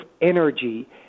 energy